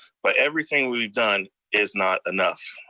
but everything we've done is not enough.